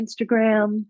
Instagram